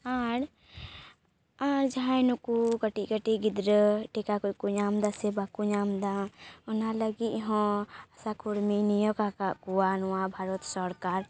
ᱟᱨ ᱟᱨ ᱡᱟᱦᱟᱸᱭ ᱱᱩᱠᱩ ᱠᱟᱹᱴᱤᱡ ᱠᱟᱹᱴᱤᱡ ᱜᱤᱫᱽᱨᱟᱹ ᱴᱤᱠᱟ ᱠᱚᱠᱚ ᱧᱟᱢ ᱮᱫᱟ ᱥᱮ ᱵᱟᱠᱚ ᱧᱟᱢ ᱮᱫᱟ ᱚᱱᱟ ᱞᱟᱹᱜᱤᱫ ᱦᱚᱸ ᱟᱥᱟ ᱠᱚᱨᱢᱤ ᱱᱤᱭᱳᱜᱽ ᱟᱠᱟᱫ ᱠᱚᱣᱟ ᱱᱚᱣᱟ ᱵᱷᱟᱨᱚᱛ ᱥᱚᱨᱠᱟᱨ